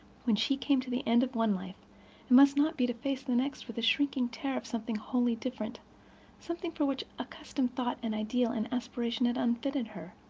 when she came to the end of one life it must not be to face the next with the shrinking terror of something wholly different something for which accustomed thought and ideal and aspiration had unfitted her.